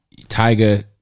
Tyga